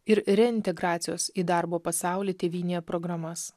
ir reintegracijos į darbo pasaulį tėvynėje programas